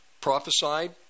prophesied